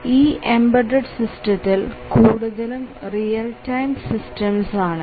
ഈ എംബഡഡ് സിസ്റ്റത്തിൽ കൂടുതലും റിയൽ ടൈം സിസ്റ്റംസ് ആണ്